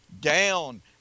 down